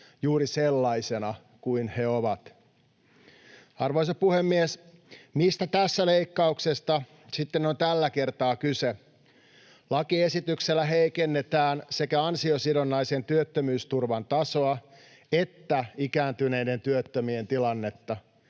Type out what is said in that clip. juuri sellaisena kuin hän on. Arvoisa puhemies! Mistä tässä leikkauksessa sitten on tällä kertaa kyse? Lakiesityksellä heikennetään sekä ansiosidonnaisen työttömyysturvan tasoa että ikääntyneiden työttömien tilannetta.